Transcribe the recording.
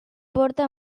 porta